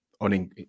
on